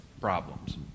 problems